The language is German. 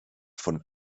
von